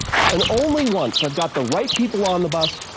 and only once i've got the right people on the bus,